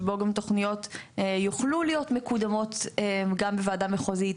שבו גם תוכניות יוכלו להיות מקודמות גם בוועדה מחוזית,